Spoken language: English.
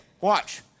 watch